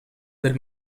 del